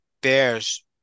bears